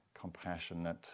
compassionate